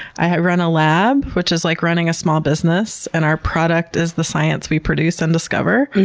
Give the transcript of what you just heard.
i run a lab which is like running a small business and our product is the science we produce and discover,